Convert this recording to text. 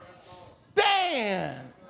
stand